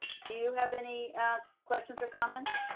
do you have any and questions or comments?